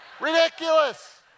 Ridiculous